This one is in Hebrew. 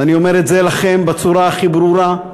ואני אומר את זה לכם בצורה הכי ברורה,